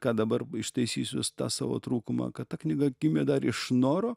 ką dabar ištaisysiu tą savo trūkumą kad ta knyga gimė dar iš noro